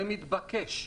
זה מתבקש,